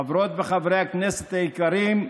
חברות וחברי הכנסת היקרים,